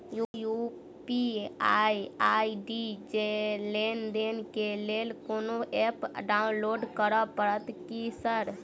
UPI ID लेनदेन केँ लेल कोनो ऐप डाउनलोड करऽ पड़तय की सर?